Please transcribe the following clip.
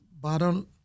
bottom